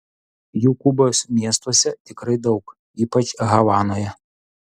jų kubos miestuose tikrai daug ypač havanoje